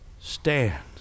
stand